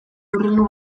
hurrengo